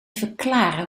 verklaren